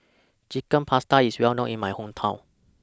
Chicken Pasta IS Well known in My Hometown